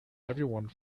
everyone